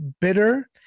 bitter